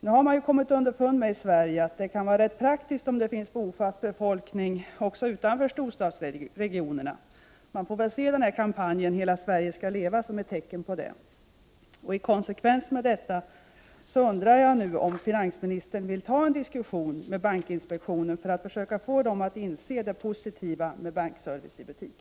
Nu har man ju kommit underfund med i Sverige, att det kan vara rätt praktiskt om det finns bofast befolkning också utanför storstadsregionerna. Man får väl se kampanjen Låt hela Sverige leva som ett tecken på det. Jag undrar om finansministern i konsekvens med detta vill ta upp en diskussion med bankinspektionenen för att försöka få inspektionen att inse det positiva med bankservice i butik.